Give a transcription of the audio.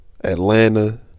Atlanta